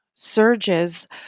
surges